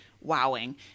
wowing